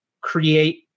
create